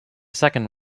second